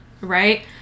right